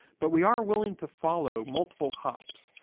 but we are willing to follow multiple hops,